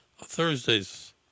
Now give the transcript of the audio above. Thursday's